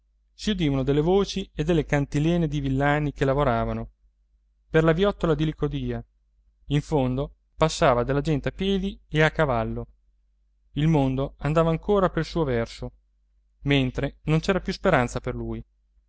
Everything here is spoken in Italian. si udivano delle voci e delle cantilene di villani che lavoravano per la viottola di licodia in fondo passava della gente a piedi e a cavallo il mondo andava ancora pel suo verso mentre non c'era più speranza per lui